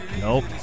Nope